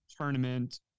tournament